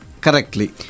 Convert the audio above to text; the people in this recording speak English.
Correctly